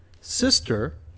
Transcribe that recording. Sister